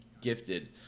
gifted